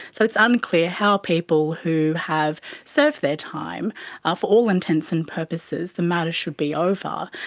so it's unclear how people who have served their time ah for all intents and purposes, the matter should be over.